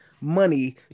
money